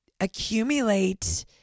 accumulate